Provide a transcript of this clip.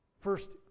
First